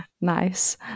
Nice